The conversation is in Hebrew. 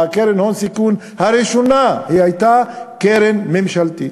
קרן ההון-סיכון הראשונה הייתה קרן ממשלתית.